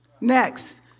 Next